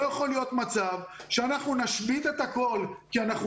לא יכול להיות מצב שאנחנו נשבית את הכול כי אנחנו